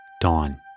Dawn